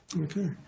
Okay